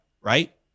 right